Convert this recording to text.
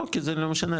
לא כי זה לא משנה,